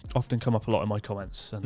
often come up a lot in my comments. and,